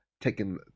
taking